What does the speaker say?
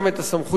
גם את הסמכויות,